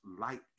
light